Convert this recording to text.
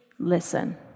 Listen